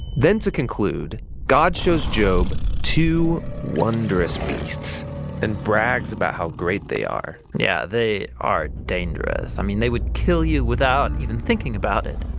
then to conclude god shows job two wonderous beasts and brags about how great they are. yeah they are dangerous. i mean they would kill you without even thinking about it